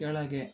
ಕೆಳಗೆ